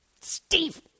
Steve